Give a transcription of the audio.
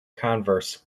converse